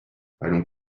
allons